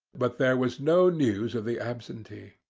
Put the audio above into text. but there was no news of the absentee.